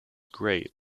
great